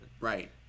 Right